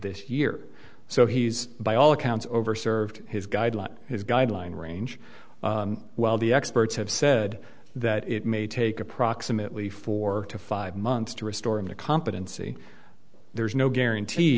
this year so he's by all accounts over served his guideline his guideline range while the experts have said that it may take approximately four to five months to restore him to competency there's no guarantee